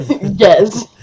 Yes